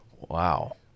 Wow